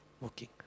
working